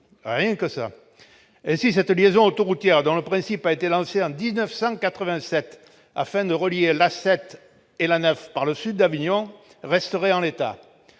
Rien que ça ! Ainsi, cette liaison autoroutière, dont le principe a été arrêté en 1987, afin de relier l'A 7 et l'A 9 par le sud d'Avignon, resterait en l'état.